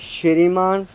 ਸ਼੍ਰੀਮਾਨ